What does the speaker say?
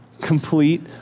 Complete